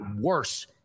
worse